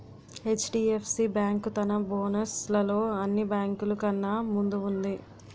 HDFC bank తన bonus లలో అన్ని బేంకులు కన్నా ముందు వుంది